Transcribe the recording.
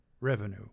revenue